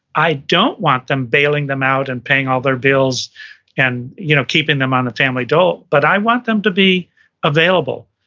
i don't want them bailing them out and paying all their bills and you know keeping them on the family, but i want them to be available.